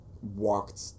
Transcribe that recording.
walked